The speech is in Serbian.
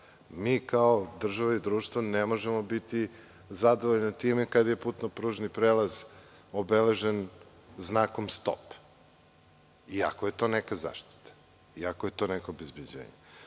mi kao država i društvo ne možemo biti zadovoljni time kada je putno-pružni prelaz obeležen znakom – stop, iako je to neka zaštita, iako je to neko obezbeđenje.